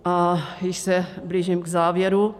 A již se blížím k závěru.